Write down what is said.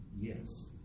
yes